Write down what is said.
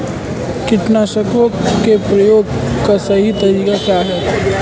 कीटनाशकों के प्रयोग का सही तरीका क्या है?